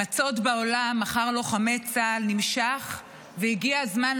נעבור לנושא הבא על